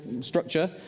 structure